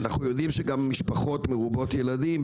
אנחנו יודעים שגם משפחות מרובות ילדים,